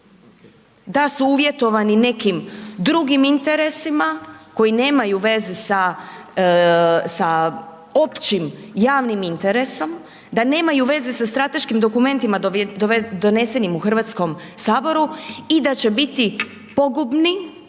da su uvjetovani nekim drugim interesima koji nemaju veze sa općim, javnim interesom, da nemaju veze sa strateškim dokumentima donesenim u Hrvatskom saboru i da će biti pogubni,